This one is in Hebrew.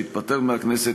שהתפטר מהכנסת,